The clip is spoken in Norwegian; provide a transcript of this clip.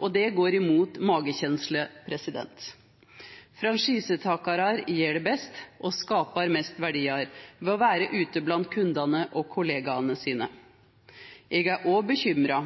og det går imot magekjensla mi. Franchisetakarar gjer det best og skapar mest verdiar ved å vera ute blant kundane og kollegaene sine. Eg er òg bekymra